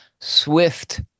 swift